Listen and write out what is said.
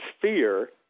fear